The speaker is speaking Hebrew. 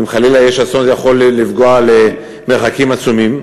אם חלילה יש אסון זה יכול לפגוע למרחקים עצומים,